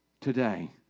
today